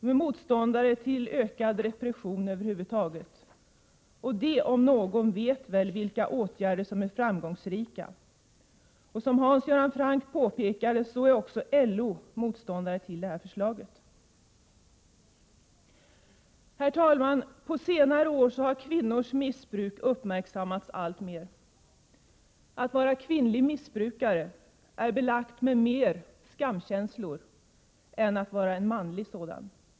De är motståndare till ökad repression över huvud taget, och de om några vet väl vilka åtgärder som är framgångsrika. Som Hans Göran Franck påpekade, är också LO motståndare till detta förslag. Herr talman! På senare år har kvinnors missbruk uppmärksammats alltmer. Att vara kvinnlig missbrukare är belagt med mer skamkänslor än att vara en manlig sådan.